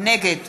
נגד